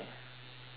ama~